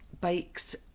bikes